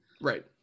right